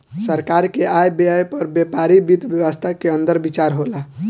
सरकार के आय व्यय पर सरकारी वित्त व्यवस्था के अंदर विचार होला